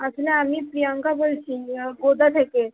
আসলে আমি প্রিয়াঙ্কা বলছি গোদা থেকে